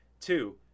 Two